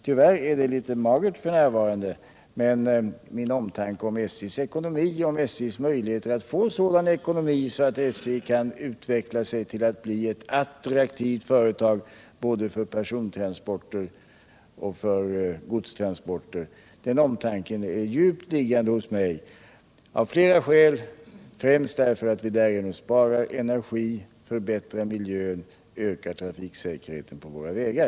Tyvärr är det litet magert f. n., men min omtanke om SJ:s möjligheter att få sådan ekonomi, att SJ kan utveckla sig till att bli ett attraktivt företag för både persontransporter och godstransporter, är djupt liggande hos mig av flera skäl, främst därför att vi därigenom sparar energi, förbättrar miljön och ökar trafiksäkerheten på våra vägar.